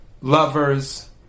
lovers